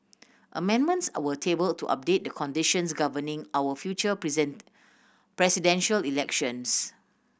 amendments were tabled to update the conditions governing our future presidential elections